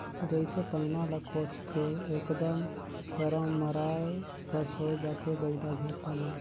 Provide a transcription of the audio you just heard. जइसे पैना ल कोचथे एकदम तरमराए कस होए जाथे बइला भइसा मन